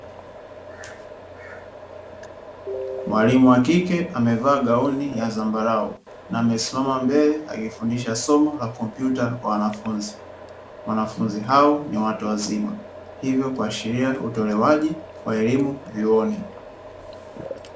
Mwalimu wa kike amevaa gauni ya zambarau na amesimama mbele akifundisha somo la kompyuta kwa wanafunzi, wanafunzi hao ni watu wazima hivyo kwa sheria utolewaji wa elimu vyuoni.